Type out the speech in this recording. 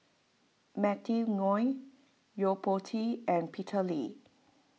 Matthew Ngui Yo Po Tee and Peter Lee